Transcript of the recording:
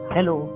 Hello